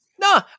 No